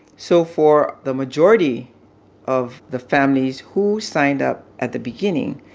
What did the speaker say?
so for the majority of the families who signed up at the beginning,